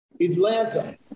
Atlanta